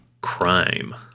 crime